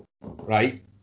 right